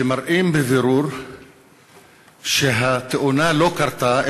שמראים בבירור שהתאונה לא קרתה,